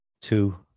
two